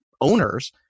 owners